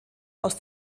aus